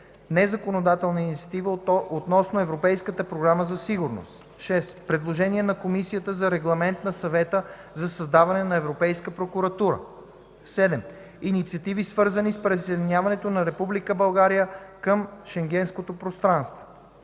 Незаконодателна инициатива относно Европейската програма за сигурност. 6. Предложение на Комисията за Регламент на Съвета за създаване на Европейска прокуратура. 7. Инициативи, свързани с присъединяването на Република България към Шенгенското пространство.